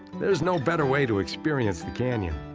there's no better way to experience the canyon.